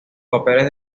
papeles